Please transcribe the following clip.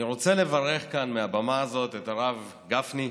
אני רוצה לברך כאן, מהבמה הזאת, את הרב גפני,